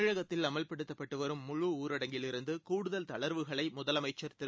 தமிழகத்தில் அமல்படுத்தப்பட்டு வரும் முழு ஊரடங்கிலிருந்து கூடுதல் தளர்வுகளை முதலமைச்சர் திரு